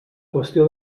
qüestió